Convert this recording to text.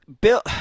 Bill